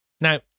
Now